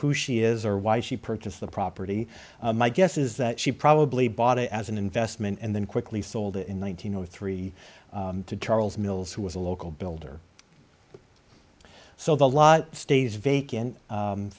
who she is or why she purchased the property my guess is that she probably bought it as an investment and then quickly sold it in one thousand or three to charles mills who was a local builder so the law stays vacant